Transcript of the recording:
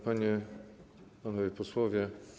Panie i Panowie Posłowie!